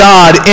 God